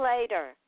later